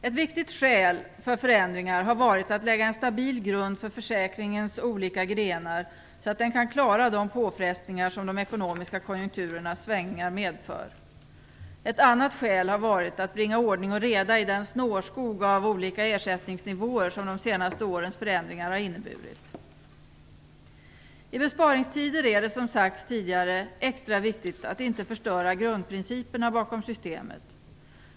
Ett viktigt skäl för förändringar har varit att lägga en stabil grund för försäkringens olika grenar, så att den kan klara de påfrestningar som de ekonomiska konjunkturernas svängningar medför. Ett annat skäl har varit att bringa ordning och reda i den snårskog av olika ersättningsnivåer som de senaste årens förändringar har inneburit. I besparingstider är det, som sagts tidigare, extra viktigt att inte förstöra grundprinciperna bakom systemet.